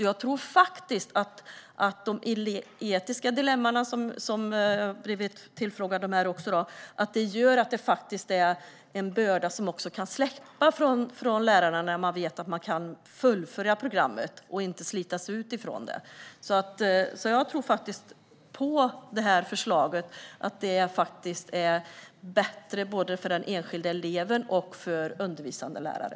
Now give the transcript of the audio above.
Jag tror att de etiska dilemman, som jag också blev tillfrågad om, är en börda som kan släppa hos lärarna när de vet att eleverna kan fullfölja sitt program och inte slitas bort från det. Jag tror på förslaget och att det blir bättre för både den enskilda eleven och undervisande lärare.